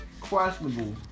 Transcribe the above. questionable